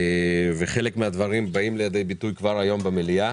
וחלק מהדברים באים לידי ביטוי כבר היום במליאה